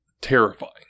terrifying